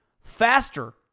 faster